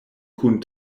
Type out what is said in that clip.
kun